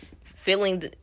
feeling